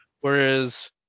whereas